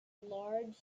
large